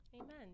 Amen